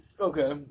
Okay